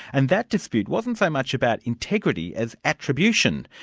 and that dispute wasn't so much about integrity, as attribution.